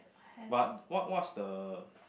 but what what's the